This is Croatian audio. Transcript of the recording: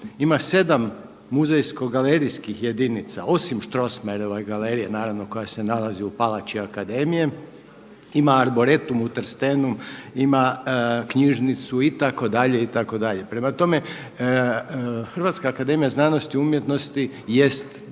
Ima 7 muzejsko galerijskih jedinica osim Strossmayerova galerija naravno koja se nalazi u palači Akademije. Ima Arboretum u Trstenu, ima knjižnicu itd., itd.. Prema tome HAZU jest daleko više nego li velim